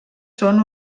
són